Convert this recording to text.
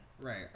Right